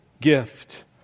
gift